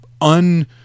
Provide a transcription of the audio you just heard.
un